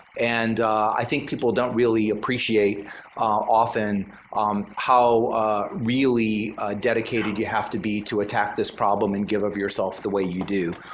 and i think people don't really appreciate often how really dedicated you have to be to attack this problem and give up yourself the way you do.